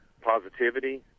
positivity